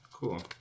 Cool